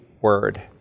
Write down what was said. word